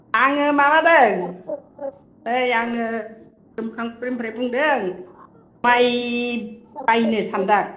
आङो माबादों नै आङो गोमखां फुरिनिफ्राइ बुंदों माइ बायनो सानदों आं